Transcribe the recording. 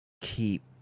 keep